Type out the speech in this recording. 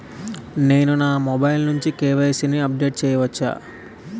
నేను నా మొబైల్ నుండి కే.వై.సీ ని అప్డేట్ చేయవచ్చా?